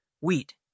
Wheat